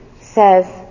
says